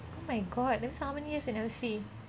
my god that means how many years you never see